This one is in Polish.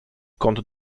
kąt